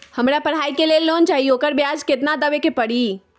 हमरा पढ़ाई के लेल लोन चाहि, ओकर ब्याज केतना दबे के परी?